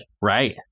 Right